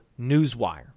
Newswire